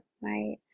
right